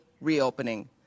reopening